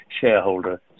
shareholder